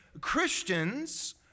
Christians